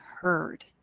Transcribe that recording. heard